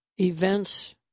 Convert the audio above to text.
events